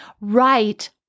right